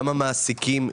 גם המעסיקים,